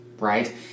right